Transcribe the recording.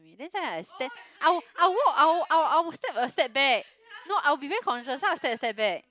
to me that's why I stand I will I will walk I will I will I will step a step back no I'll be very conscious so I'll step a step back